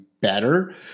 better